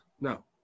No